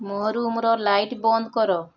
ମୋ ରୁମ୍ର ଲାଇଟ୍ ବନ୍ଦ କର